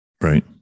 Right